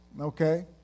Okay